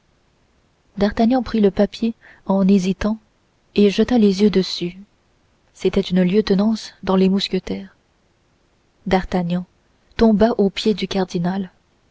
d'artagnan prit le papier en hésitant et jeta les yeux dessus c'était une lieutenance dans les mousquetaires d'artagnan tomba aux pieds du cardinal